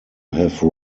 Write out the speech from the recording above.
have